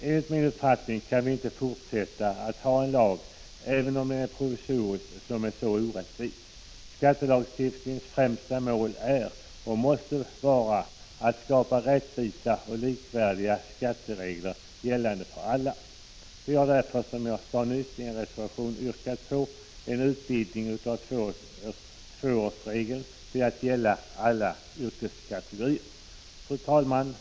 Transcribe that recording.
Enligt min uppfattning kan vi inte fortsätta att ha en lag — även om den är provisorisk — som är så orättvis. Skattelagstiftningens främsta mål är och måste vara att skapa rättvisa och likvärdiga skatteregler gällande för alla. Vi har därför, som jag antydde inledningsvis, i en reservation yrkat på en utvidgning av tvåårsregeln till att gälla alla yrkeskategorier. Fru talman!